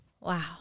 wow